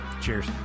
cheers